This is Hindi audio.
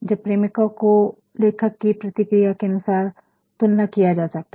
जब प्रेमिका को लेखक की प्रतिक्रिया के अनुसार तुलना किया जा सकता है